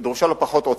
דרושה לו פחות עוצמה.